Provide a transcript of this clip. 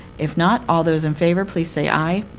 if not, all those in favor, please say aye.